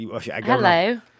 Hello